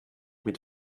mit